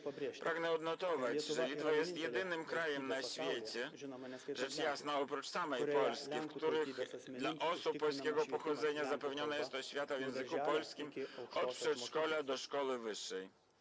Pragnę odnotować, że Litwa jest jedynym krajem na świecie, rzecz jasna oprócz samej Polski, w którym dla osób polskiego pochodzenia zapewniona jest oświata w języku polskim od przedszkola do szkoły wyższej.